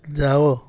ଯାଅ